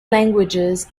languages